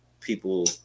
people